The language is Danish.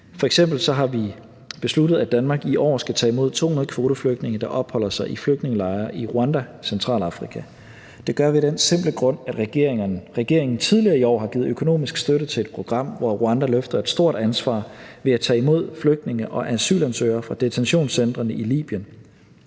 har vi besluttet, at Danmark i år skal tage imod 200 kvoteflygtninge, der opholder sig i flygtningelejre i Rwanda, Centralafrika. Det gør vi af den simple grund, at regeringen tidligere i år har givet økonomisk støtte til et program, hvor Rwanda løfter et stort ansvar ved at tage imod flygtninge og asylansøgere fra detentionscentrene i Libyen